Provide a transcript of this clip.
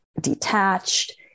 detached